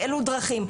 באילו דרכים,